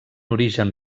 origen